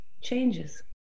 changes